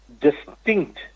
distinct